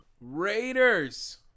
Raiders